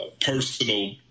personal